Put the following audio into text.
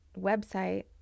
website